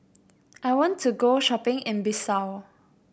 I want to go shopping in Bissau